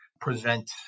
present